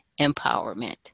Empowerment